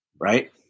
Right